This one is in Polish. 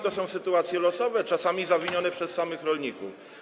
To są sytuacje czasami losowe, czasami zawinione przez samych rolników.